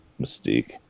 Mystique